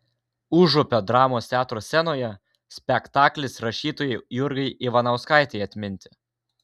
užupio dramos teatro scenoje spektaklis rašytojai jurgai ivanauskaitei atminti